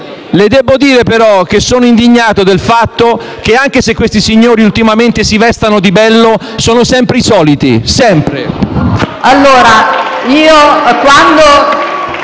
Le devo dire, però, che sono indignato per il fatto che, anche se questi signori ultimamente si vestono di bello, sono sempre i soliti, sempre. *(Applausi dai